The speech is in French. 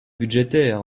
budgétaire